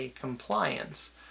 compliance